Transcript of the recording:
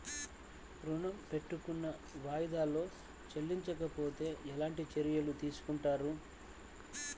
ఋణము పెట్టుకున్న వాయిదాలలో చెల్లించకపోతే ఎలాంటి చర్యలు తీసుకుంటారు?